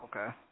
Okay